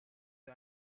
the